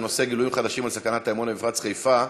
בנושא: גילויים חדשים על סכנת האמוניה במפרץ חיפה,